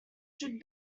should